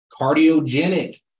Cardiogenic